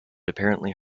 apparently